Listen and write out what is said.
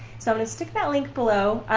so i'm gonna stick that link below.